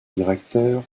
directeurs